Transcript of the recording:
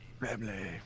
Family